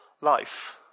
life